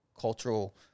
cultural